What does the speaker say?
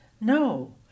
no